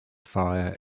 fire